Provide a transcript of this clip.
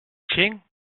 tiens